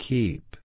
Keep